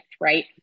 right